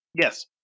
Yes